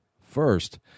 first